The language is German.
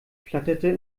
flatterte